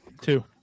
Two